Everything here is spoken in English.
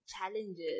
challenges